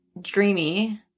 dreamy